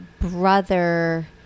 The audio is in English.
brother